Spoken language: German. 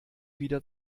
wieder